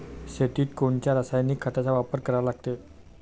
शेतीत कोनच्या रासायनिक खताचा वापर करा लागते?